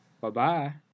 Bye-bye